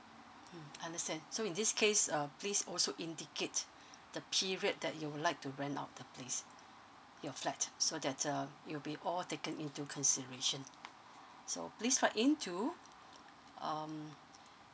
mm understand so in this case uh please also indicate the period that you would like to rent out the place your flat so that's uh you'll be all taken into consideration so please write in to um